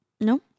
No